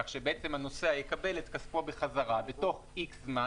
כך שבעצם הנוסע יקבל את כספו בחזרה בתוך איקס זמן,